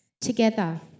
Together